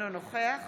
אינו נוכח